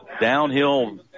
downhill